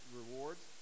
rewards